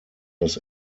das